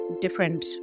different